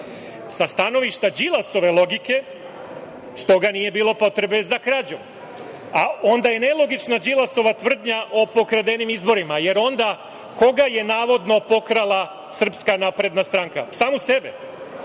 stanovišta Đilasove logike, s toga nije bilo potrebe za krađom, a onda je nelogična Đilasova tvrdnja o pokradenim izborima jer onda koga je navodno pokrala SNS? Samu sebe?